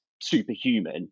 superhuman